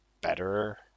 better